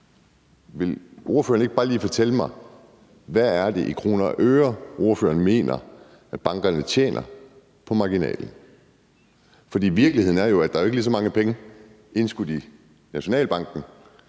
Vil ordføreren ikke bare lige fortælle mig, hvad det er i kroner og øre, som ordføreren mener at bankerne tjener på marginalen? For virkeligheden er jo, at der ikke er indskudt lige så mange penge i Nationalbanken